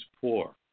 poor